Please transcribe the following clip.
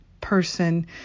person